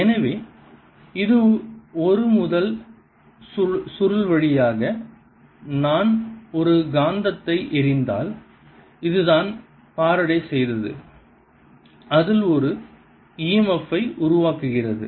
எனவே இது ஒரு முதல் சுருள் வழியாக நான் ஒரு காந்தத்தை எறிந்தால் இதுதான் ஃபாரடே செய்தது அதில் ஒரு e m f ஐ உருவாக்குகிறது